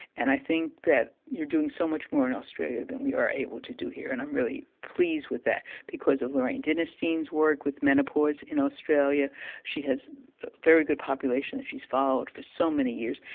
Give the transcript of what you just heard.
and i think you're doing so much more in australia than we are able to do here, and i'm really pleased with that, because of lorraine dennerstein's work with menopause in australia she has a very good population that she's followed for so many years,